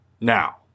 now